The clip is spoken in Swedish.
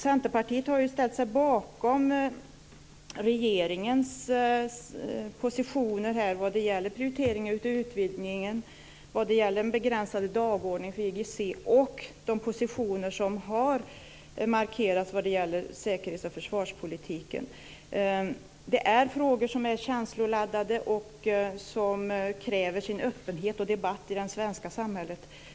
Centerpartiet har ju ställt sig bakom regeringens positioner vad gäller prioriteringen av utvidgningen, en begränsad dagordning för IGC och de positioner som markerats i fråga om säkerhets och försvarspolitiken. Dessa frågor är känsloladdade och kräver öppenhet och debatt i det svenska samhället.